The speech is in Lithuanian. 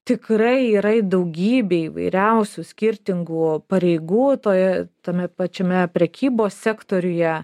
tikrai yra daugybė įvairiausių skirtingų pareigų toje tame pačiame prekybos sektoriuje